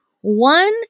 One